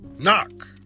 knock